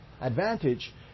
advantage